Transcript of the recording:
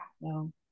No